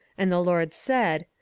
and the lord said,